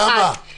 בסיבוב השני אנחנו